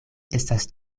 estas